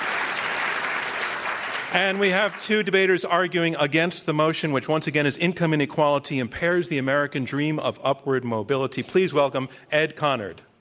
um and we have two debaters arguing against the motion, which, once again, is income inequality impairs the american dream of upward mobility. please welcome ed conard.